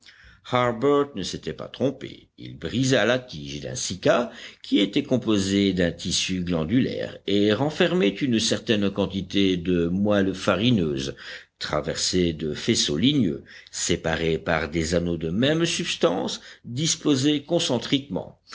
ne s'était pas trompé il brisa la tige d'un cycas qui était composée d'un tissu glandulaire et renfermait une certaine quantité de moelle farineuse traversée de faisceaux ligneux séparés par des anneaux de même substance disposés